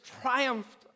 triumphed